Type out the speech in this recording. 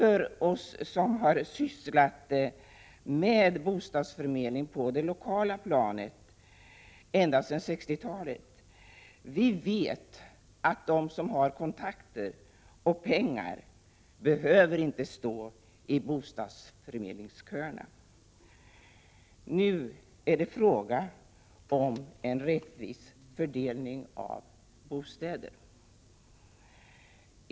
Vi som har sysslat med bostadsförmedling på det lokala planet ända sedan 1960-talet vet att de som har kontakter och pengar inte behöver stå i bostadsförmedlingsköerna. Nu är det fråga om en rättvis fördelning av bostäder.